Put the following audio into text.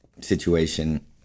situation